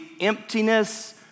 emptiness